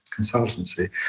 consultancy